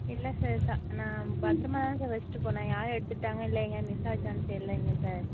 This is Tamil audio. இல்லை சார் நான் பத்திரமாதான் சார் வச்சுட்டு போனேன் யார் எடுத்துகிட்டாங்க இல்லை எங்கேயோ மிஸ்சாச்சான்னு தெரிலைங்க சார்